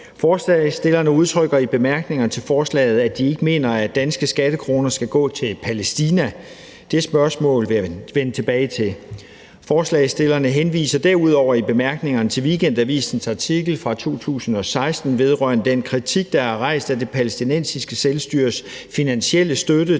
Forslagsstillerne udtrykker i bemærkningerne til forslaget, at de ikke mener, at danske skattekroner skal gå til Palæstina. Det vil jeg vende tilbage til. Forslagsstillerne henviser derudover i bemærkningerne til en artikel fra Weekendavisen fra 2016 vedrørende den kritik, der er rejst af det palæstinensiske selvstyres finansielle støtte